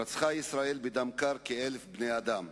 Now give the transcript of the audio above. רצחה ישראל בדם קר כ-1,000 בני-אדם,